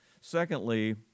Secondly